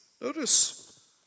Notice